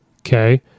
Okay